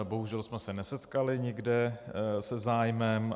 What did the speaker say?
Bohužel jsme se nesetkali nikde se zájmem.